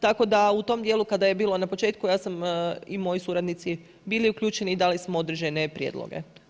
Tako da u tom dijelu kada je bilo na početku ja sam i koji suradnici bili uključeni i dali smo određene prijedloge.